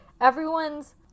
everyone's